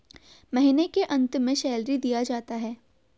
महीना के अंत में सैलरी दिया जाता है